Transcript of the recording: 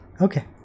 okay